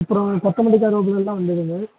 அப்புறம் கொத்தமல்லி கருவேப்பிலை எல்லாம் வந்துருக்கு